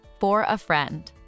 FORAFRIEND